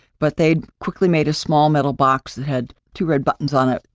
but they quickly made a small metal box that had two red buttons on it.